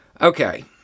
Okay